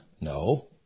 No